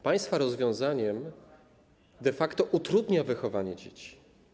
Państwa rozwiązanie de facto utrudnia wychowywanie dzieci.